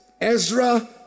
Ezra